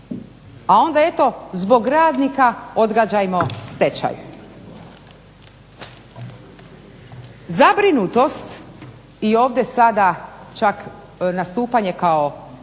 A onda eto zbog radnika odgađajmo stečaj. Zabrinutost i ovdje sada čak nastupanje kao